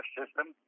system